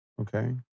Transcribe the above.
Okay